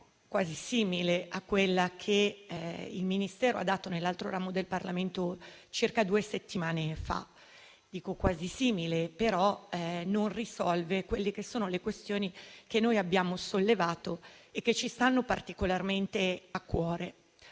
quasi simile a quella che il Ministero ha dato nell'altro ramo del Parlamento circa due settimane fa. Dico quasi simile, ma non risolve le questioni che abbiamo sollevato e che ci stanno particolarmente a cuore